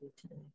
today